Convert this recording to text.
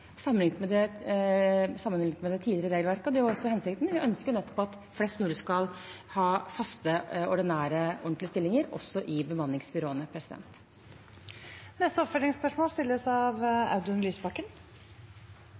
sammenlignet med det tidligere regelverket. Det var også hensikten. Vi ønsker nettopp at flest mulig skal ha faste, ordinære stillinger også i bemanningsbyråene. Audun Lysbakken – til oppfølgingsspørsmål.